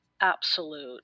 absolute